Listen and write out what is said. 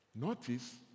Notice